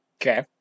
Okay